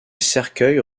cercueils